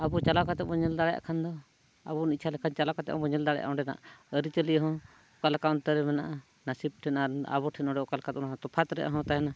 ᱟᱵᱚ ᱪᱟᱞᱟᱣ ᱠᱟᱛᱮᱫ ᱵᱚᱱ ᱧᱮᱞ ᱫᱟᱲᱮᱭᱟᱜ ᱠᱷᱟᱱ ᱟᱵᱚ ᱵᱚᱱ ᱤᱪᱪᱷᱟ ᱞᱮᱠᱷᱟᱱ ᱪᱟᱞᱟᱣ ᱠᱟᱛᱮᱫ ᱦᱚᱸᱵᱚᱱ ᱧᱮᱞ ᱫᱟᱲᱮᱭᱟᱜᱼᱟ ᱚᱸᱰᱮᱱᱟᱜ ᱟᱹᱨᱤ ᱪᱟᱹᱞᱤ ᱦᱚᱸ ᱚᱠᱟ ᱞᱮᱠᱟ ᱚᱱᱛᱮ ᱨᱮ ᱢᱮᱱᱟᱜᱼᱟ ᱱᱟᱹᱥᱤᱵ ᱴᱷᱮᱱᱟᱜ ᱟᱵᱚ ᱴᱷᱮᱱ ᱱᱚᱰᱮ ᱚᱠᱟ ᱞᱮᱠᱟ ᱛᱮᱵᱚᱱ ᱛᱤᱯᱷᱟᱛ ᱨᱮᱭᱟᱜ ᱦᱚᱸ ᱛᱟᱦᱮᱱᱟ